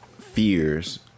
fears